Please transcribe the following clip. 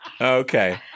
Okay